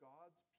God's